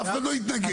אף אחד לא יתנגד.